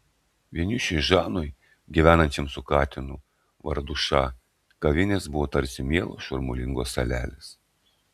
vienišiui žanui gyvenančiam su katinu vardu ša kavinės buvo tarsi mielos šurmulingos salelės